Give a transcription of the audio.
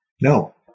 No